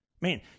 Man